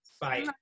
Bye